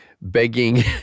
begging